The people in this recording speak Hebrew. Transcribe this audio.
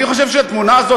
אני חושב שהתמונה הזאת,